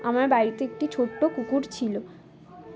আমার বাড়িতে একটি ছোট্ট কুকুর ছিল